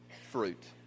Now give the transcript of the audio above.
fruit